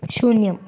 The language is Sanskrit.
शून्यम्